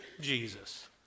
Jesus